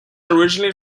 originally